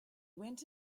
went